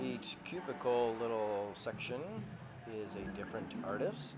each cubicle little section different artists